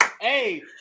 Hey